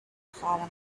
fallen